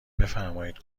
بفرمایید